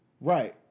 Right